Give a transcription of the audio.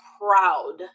proud